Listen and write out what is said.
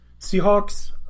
Seahawks